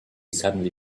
suddenly